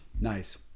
nice